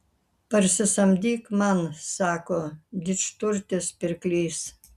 parsisamdyk man sako didžturtis pirklys